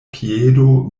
piedo